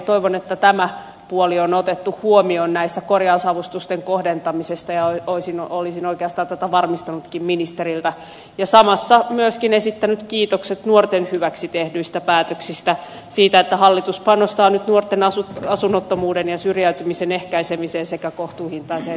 toivon että tämä puoli on otettu huomioon näissä korjausavustusten kohdentamisissa ja olisin oikeastaan tämän varmistanutkin ministeriltä ja samassa myöskin esittänyt kiitokset nuorten hyväksi tehdyistä päätöksistä siitä että hallitus panostaa nyt nuorten asunnottomuuden ja syrjäytymisen ehkäisemiseen sekä kohtuuhintaiseen vuokra asuntotoimintaan